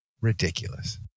ridiculous